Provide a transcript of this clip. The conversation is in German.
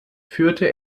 führte